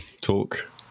talk